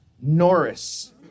Norris